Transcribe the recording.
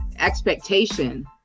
expectation